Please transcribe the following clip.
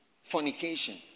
fornication